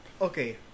okay